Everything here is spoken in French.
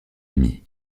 amis